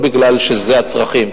לא מפני שאלה הצרכים,